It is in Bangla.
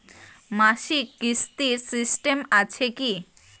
মাসিক কিস্তির সিস্টেম আছে কি?